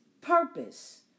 Purpose